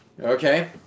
okay